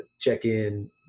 check-in